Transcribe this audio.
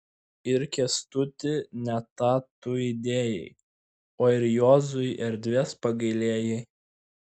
ir kęstutį ne tą tu įdėjai o ir juozui erdvės pagailėjai